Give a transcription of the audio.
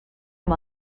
amb